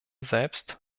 selbst